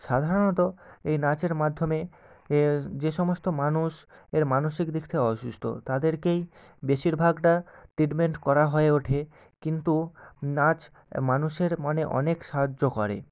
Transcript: সাধারণত এই নাচের মাধ্যমে এ যে সমস্ত মানুষ এর মানসিক দিক থেকে অসুস্থ তাদেরকেই বেশিরভাগটা ট্রিটমেন্ট করা হয়ে ওঠে কিন্তু নাচ মানুষের মনে অনেক সাহায্য করে